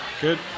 good